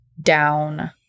down